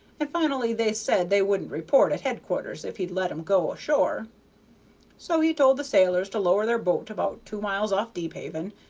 and finally they said they wouldn't report at headquarters if he'd let em go ashore so he told the sailors to lower their boat about two miles off deephaven,